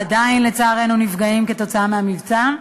ועדיין לצערנו נפגעים כתוצאה מהמבצע.